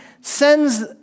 sends